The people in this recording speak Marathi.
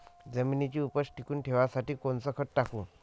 जमिनीची उपज टिकून ठेवासाठी कोनचं खत टाकू?